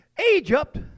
Egypt